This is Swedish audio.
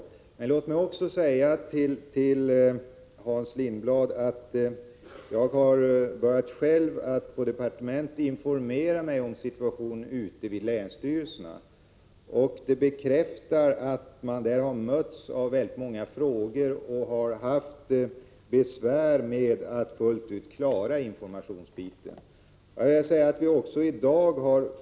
Låt mig emellertid också säga till Hans Lindblad att jag själv har börjat låta mig informeras om situationen ute på länsstyrelserna. Denna information bekräftar att man där har mött väldigt många frågor och har haft besvär att fullt ut klara av att Prot. 1985/86:148 lämna så mycket information som önskats.